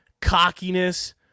cockiness